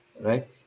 Right